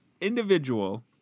individual